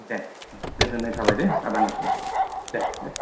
दे गोजोन्नाय थाबाय दे आदानि सिम दे दे